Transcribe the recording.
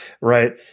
right